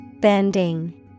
Bending